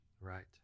Right